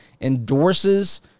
endorses